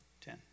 Ten